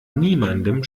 niemandem